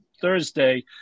Thursday